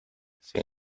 sin